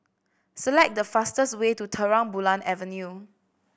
select the fastest way to Terang Bulan Avenue